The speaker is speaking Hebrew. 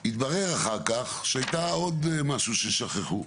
התברר, אחר כך, שהיה דבר נוסף ששכחו: